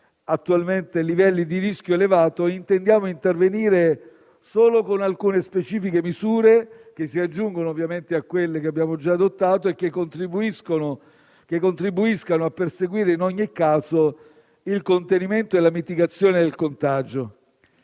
fascia 3 per intenderci - intendiamo intervenire solo con alcune specifiche misure, che si aggiungono ovviamente a quelle che abbiamo già adottato, che contribuiscano a perseguire in ogni caso il contenimento e la mitigazione del contagio.